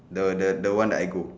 the the the one that I go